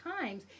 times